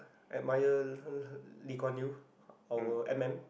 admire Lee Kuan Yew or M_M